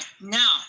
now